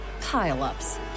pile-ups